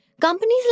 Companies